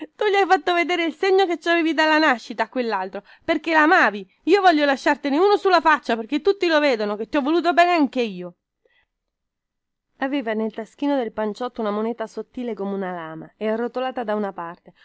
tu gli hai fatto vedere il segno che ci hai sotto lascella a quellaltro perchè lamavi io voglio lasciartene uno sulla faccia perchè tutti lo vedano che ti ho voluto bene anchio aveva nel taschino del panciotto una moneta sottile come una lama e arrotata da una parte